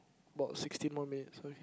about sixteen more minutes so you can